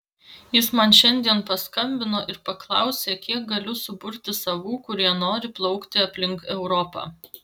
jis man šiandien paskambino ir paklausė kiek galiu suburti savų kurie nori plaukti aplink europą